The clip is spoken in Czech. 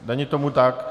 Není tomu tak.